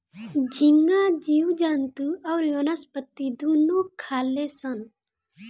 झींगा जीव जंतु अउरी वनस्पति दुनू खाले सन